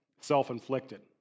self-inflicted